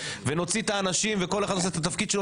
נוציא את האנשים וכל אחד עושה התפקיד שלו,